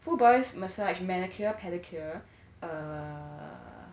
full boys massage manicure pedicure err